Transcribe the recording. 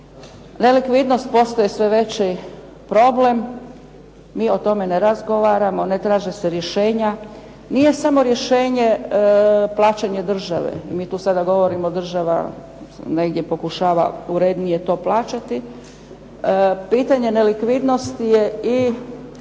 Nelikvidnost postaje sve veći problem. Mi o tome ne razgovaramo, ne traže se rješenja. Nije samo rješenje plaćanje države, mi tu sada govorimo država negdje pokušava urednije to plaćati. Pitanje nelikvidnosti je i